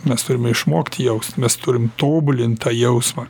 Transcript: mes turime išmokti jaust mes turim tobulint tą jausmą